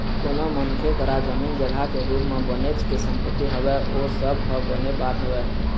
कोनो मनखे करा जमीन जघा के रुप म बनेच के संपत्ति हवय ओ सब ह बने बात हवय